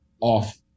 off